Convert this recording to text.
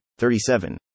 37